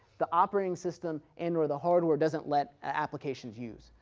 the operating system and-or the hardware, doesn't let a application use,